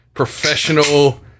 Professional